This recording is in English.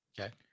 Okay